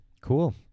Cool